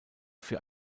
für